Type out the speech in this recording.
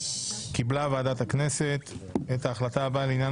קיבלה ועדת הכנסת את ההחלטה הבאה לעניין